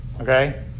Okay